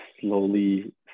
slowly